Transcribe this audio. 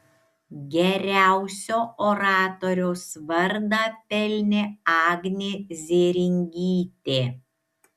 geriausio oratoriaus vardą pelnė agnė zėringytė